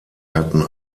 hatten